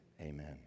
amen